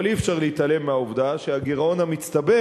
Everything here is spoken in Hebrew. אבל אי-אפשר להתעלם מהעובדה שהגירעון המצטבר